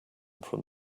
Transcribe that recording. from